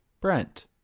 Brent